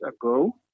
ago